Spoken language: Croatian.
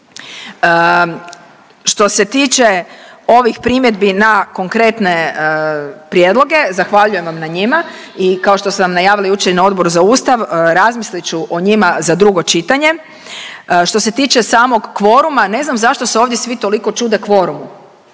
Što se tiče ovih primjedbi na konkretne prijedloge, zahvaljujem vam na njima i kao što sam najavila jučer i na Odboru za Ustav, razmislit ću o njima za drugo čitanje. Što se tiče samog kvoruma, ne znam zašto se ovdje svi toliko čude kvorumu